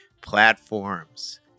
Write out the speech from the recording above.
platforms